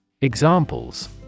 Examples